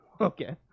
Okay